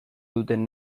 duten